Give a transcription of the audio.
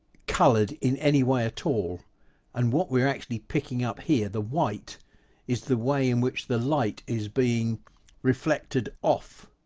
coloured in any way at all and what we're actually picking up here the white is the way in which the light is being reflected off